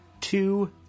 Two